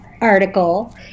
article